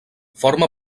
forma